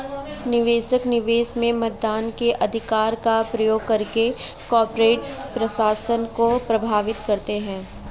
निवेशक, निवेश में मतदान के अधिकार का प्रयोग करके कॉर्पोरेट प्रशासन को प्रभावित करते है